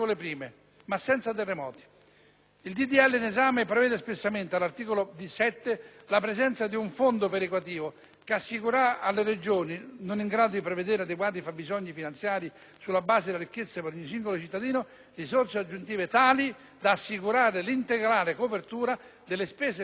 legge in esame prevede espressamente all'articolo 7 la presenza di un fondo perequativo che assicurerà alle Regioni, non in grado di prevedere adeguati fabbisogni finanziari sulla base della ricchezza per singolo cittadino, risorse aggiuntive tali «da assicurare l'integrale copertura delle spese corrispondenti al fabbisogno standard